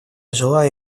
желаю